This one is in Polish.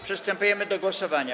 Przystępujemy do głosowania.